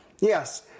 Yes